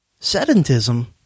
sedentism